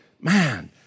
man